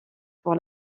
pour